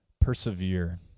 Persevere